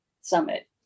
Summit